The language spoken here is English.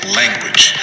language